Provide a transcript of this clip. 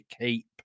keep